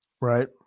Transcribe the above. Right